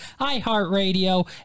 iHeartRadio